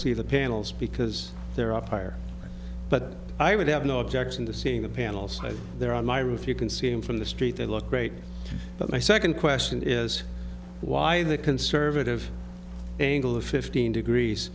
see the panels because they're up higher but i would have no objection to seeing a panel stay there on my roof you can see him from the street they look great but my second question is why the conservative angle of fifteen degrees